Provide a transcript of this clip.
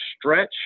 stretch